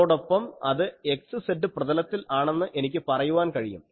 അതോടൊപ്പം അത് x z പ്രതലത്തിൽ ആണെന്ന് എനിക്ക് പറയുവാൻ കഴിയും